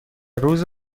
روز